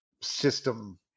system